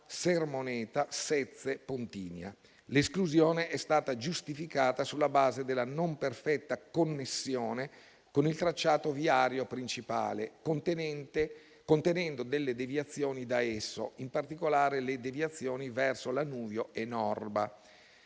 Sermoneta, Sezze, Pontinia) l'esclusione è stata giustificata sulla base della non perfetta connessione con il tracciato viario principale, contenendo delle deviazioni da esso, in particolare le deviazioni verso Lanuvio e Norba.